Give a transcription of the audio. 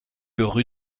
rue